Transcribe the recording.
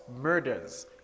murders